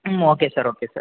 ம் okay sir okay sir